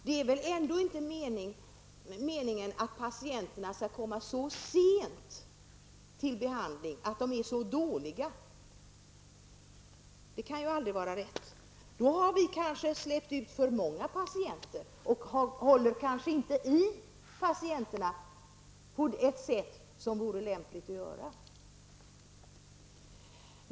Det är väl ändå inte meningen att patienterna skall komma under behandling först när de är mycket dåliga. Det kan aldrig vara rätt. Då har vi släppt ut för många patienter alltför tidigt.